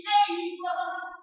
able